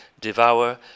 devour